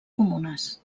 comunes